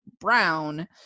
brown